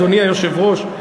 אדוני היושב-ראש,